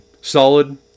solid